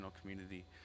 community